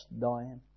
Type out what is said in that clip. dying